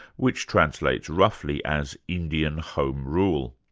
which translates roughly as indian home rule.